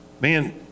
Man